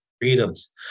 freedoms